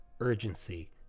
urgency